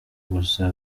gusa